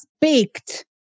baked